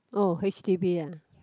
oh H_D_B uh